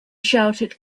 shouted